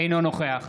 נוכח